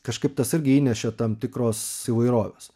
kažkaip tas irgi įnešė tam tikros įvairovės